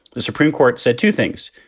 the supreme court said two things.